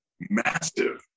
massive